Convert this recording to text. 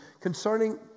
concerning